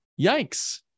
Yikes